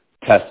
test